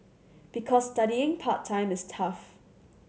because studying part time is tough